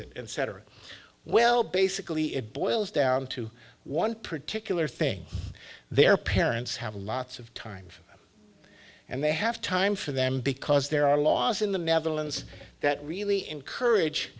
it and cetera well basically it boils down to one particular thing their parents have lots of time and they have time for them because there are laws in the netherlands that really encourage